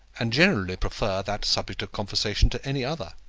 and generally prefer that subject of conversation to any other.